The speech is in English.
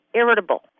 irritable